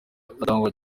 atangwa